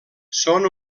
són